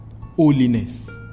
holiness